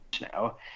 now